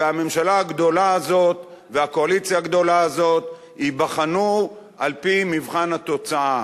והממשלה הגדולה הזאת והקואליציה הגדולה הזאת ייבחנו על-פי מבחן התוצאה.